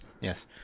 Yes